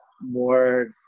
more